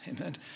Amen